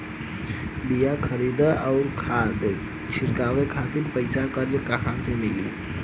बीया खरीदे आउर खाद छिटवावे खातिर पईसा कर्जा मे कहाँसे मिली?